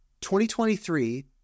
2023